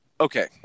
okay